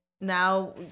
now